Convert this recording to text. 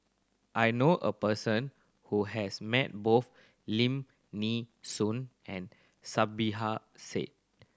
I know a person who has met both Lim Nee Soon and Said